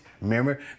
Remember